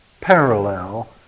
parallel